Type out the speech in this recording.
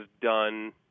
done